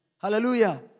Hallelujah